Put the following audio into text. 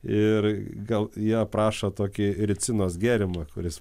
ir gal jie aprašo tokį ricinos gėrimą kuris